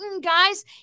guys